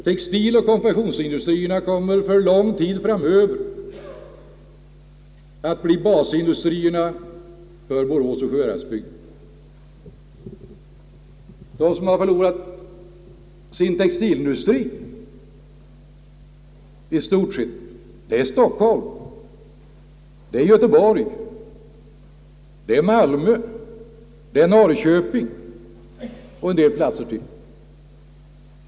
Textiloch konfektionsindustrierna kommer under lång tid framöver att förbli basindustrierna i Boråsoch Sjuhäradsbygden. De städer som har förlorat textilindustri är Stockholm, Göteborg, Malmö och Norrköping och ytterligare en del platser.